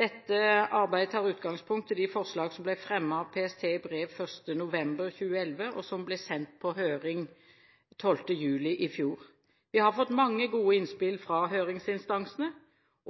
Dette arbeidet tar utgangspunkt i de forslagene som ble fremmet av PST i brev 1. november 2011, og som ble sendt på høring 12. juli i fjor. Vi har fått mange gode innspill fra høringsinstansene,